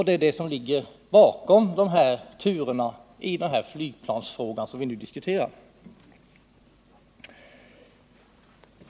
Det är detta som ligger bakom turerna i den flygplansfråga vi nu diskuterar.